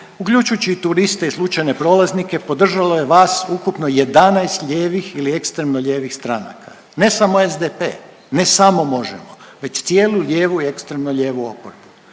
uključujući i turiste i slučajne prolaznike podržalo je vas ukupno 11 lijevih ili ekstremno lijevih stranaka ne samo SDP, ne samo MOŽEMO već cijelu lijevu i ekstremno lijevu oporbu.